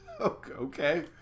Okay